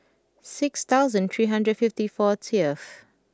six thousand three hundred fifty fortieth